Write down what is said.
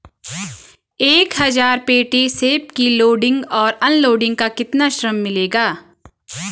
एक हज़ार पेटी सेब की लोडिंग और अनलोडिंग का कितना श्रम मिलेगा?